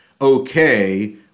okay